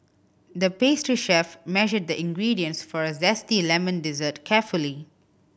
the pastry chef measured the ingredients for a zesty lemon dessert carefully